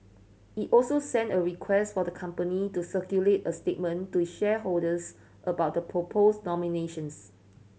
it also sent a request for the company to circulate a statement to shareholders about the proposed nominations